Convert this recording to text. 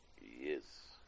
Yes